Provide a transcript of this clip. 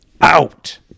out